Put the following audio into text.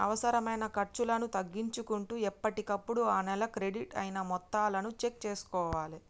అనవసరమైన ఖర్చులను తగ్గించుకుంటూ ఎప్పటికప్పుడు ఆ నెల క్రెడిట్ అయిన మొత్తాలను చెక్ చేసుకోవాలే